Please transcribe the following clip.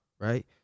right